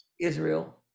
Israel